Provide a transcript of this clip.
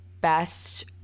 best